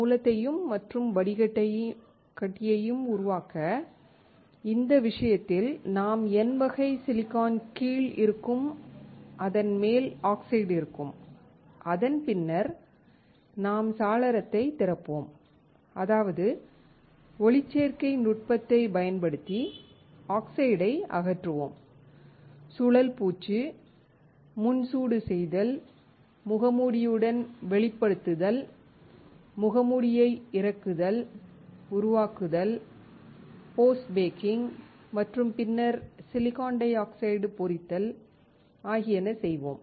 மூலத்தையும் மற்றும் வடிகட்டியையும் உருவாக்க இந்த விஷயத்தில் நாம் N வகை Si கீழ் இருக்கும் அதன் மேல் ஆக்சைடு இருக்கும் அதன் பின்னர் நாம் சாளரத்தைத் திறப்போம் அதாவது ஒளிச்சேர்க்கை நுட்பத்தைப் பயன்படுத்தி ஆக்சைடை அகற்றுவோம் சுழல் பூச்சு முன் சூடு செய்தல் முகமூடியுடன் வெளிப்படுத்துதல் முகமூடியை இறக்குதல் உருவாக்குதல் போஸ்ட் பேக்கிங் மற்றும் பின்னர் சிலிக்கான் டை ஆக்சைடு பொறித்தல் ஆகியன செய்வோம்